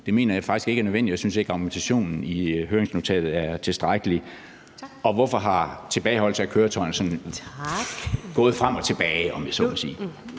Det mener jeg faktisk ikke er nødvendigt, og jeg synes ikke, argumentationen i høringsnotatet er tilstrækkelig. Og hvorfor er det med tilbageholdelsen af køretøjerne sådan gået frem og tilbage,